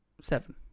Seven